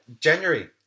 January